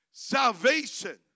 Salvation